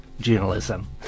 journalism